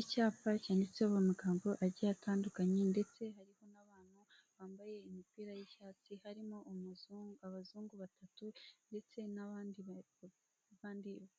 Icyapa cyanditseho amagambo agiye atandukanye ndetse hari n'abana bambaye imipira y'icyatsi harimo abazungu batatu ndetse n'abandi